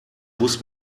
bus